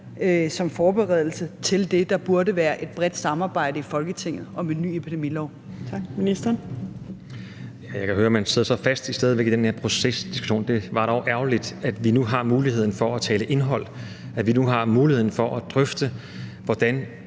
som forberedelse til det, der burde være et bredt samarbejde i Folketinget om en ny epidemilov?